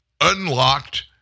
unlocked